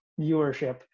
viewership